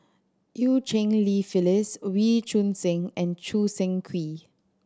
Eu Cheng Li Phyllis Wee Choon Seng and Choo Seng Quee